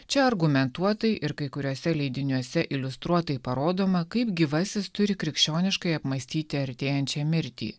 čia argumentuotai ir kai kuriuose leidiniuose iliustruotai parodoma kaip gyvasis turi krikščioniškai apmąstyti artėjančią mirtį